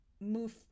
move